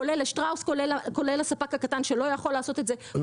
כולל לשטראוס וכולל הספק הקטן שלא יכול לעשות את זה,